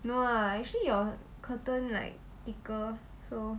no lah actually your curtain like thicker so